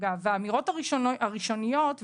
האמירות הראשוניות,